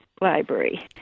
library